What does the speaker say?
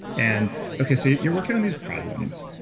and, okay. so you're working on these problems.